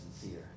sincere